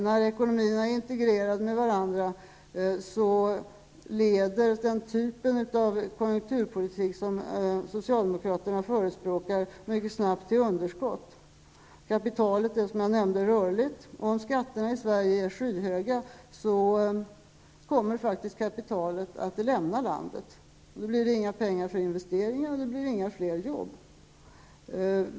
När ekonomierna är integrerade med varandra leder den typ av konjunkturpolitik som socialdemokraterna förespråkar mycket snabbt till underskott. Kapitalet är, som jag nämnde, rörligt och om skatterna i Sverige är skyhöga kommer kapitalet att lämna landet. Då blir det inga pengar till investeringar och inga fler jobb.